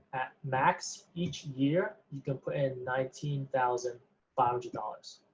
at max each year, you can put in nineteen thousand five hundred dollars.